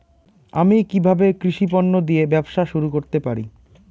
আমি কিভাবে কৃষি পণ্য দিয়ে ব্যবসা শুরু করতে পারি?